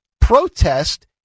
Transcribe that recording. protest